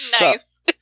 Nice